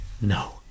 no